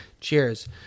cheers